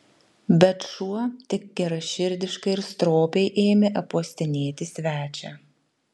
bet šuo tik geraširdiškai ir stropiai ėmė apuostinėti svečią